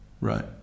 Right